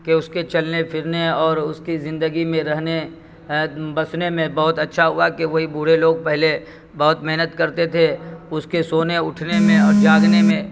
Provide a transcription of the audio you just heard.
کہ اس کے چلنے پھرنے اور اس کی زندگی میں رہنے بسنے میں بہت اچھا ہوا کہ وہی بوڑھے لوگ پہلے بہت محنت کرتے تھے اس کے سونے اٹھنے میں اور جاگنے میں